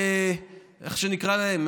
איך שנקרא להן,